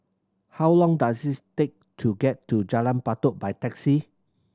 how long does it take to get to Jalan Batu by taxi